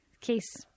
Case